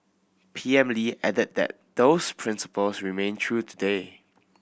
P M Lee added that those principles remain true today